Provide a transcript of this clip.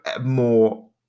more